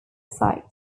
site